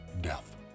death